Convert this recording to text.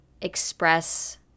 express